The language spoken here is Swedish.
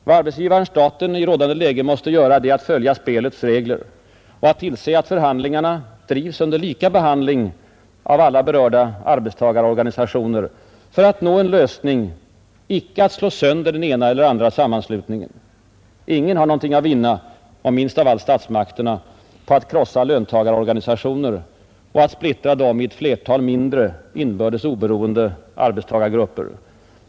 Vad arbetsgivaren-staten i rådande läge måste göra är att följa spelets regler och att tillse att förhandlingarna drivs under lika behandling av alla berörda arbetstagarorganisationer för att nå en lösning, icke för att slå sönder den ena eller den andra sammanslutningen. Ingen har något att vinna — minst av alla statsmakterna — på att krossa löntagarorganisationer och splittra dem i ett flertal mindre, inbördes oberoende arbetstagargrupper.